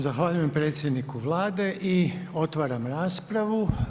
Zahvaljujem predsjedniku Vlade i otvaram raspravu.